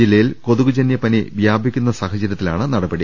ജില്ലയിൽ കൊതുകുജന്യ പനി വ്യാപിക്കുന്ന സാഹചര്യത്തി ലാണ് നടപടി